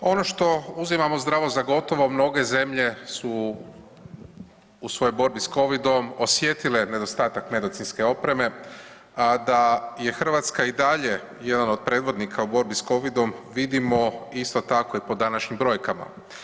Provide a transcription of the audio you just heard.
Ono što uzimamo zdravo za gotovo mnoge zemlje su u svojoj borbi s covidom osjetile nedostatak medicinske opreme, a da je Hrvatska i dalje jedan od predvodnika u borbi s covidom vidimo isto tako i po današnjim brojkama.